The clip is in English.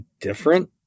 different